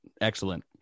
excellent